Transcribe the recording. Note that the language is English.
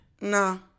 no